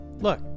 look